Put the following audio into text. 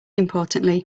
importantly